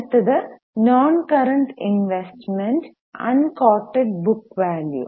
അടുത്തത് noncurrent investment unquoted book value